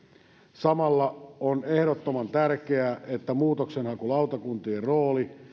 samalla on ehdottoman tärkeää että muutoksenhakulautakuntien rooli